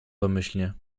domyślnie